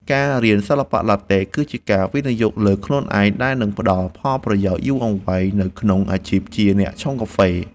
ការរៀនសិល្បៈឡាតេ គឺជាការវិនិយោគលើខ្លួនឯងដែលនឹងផ្តល់ផលប្រយោជន៍យូរអង្វែងនៅក្នុងអាជីពជាអ្នកឆុងកាហ្វេ។